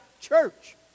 church